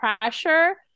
pressure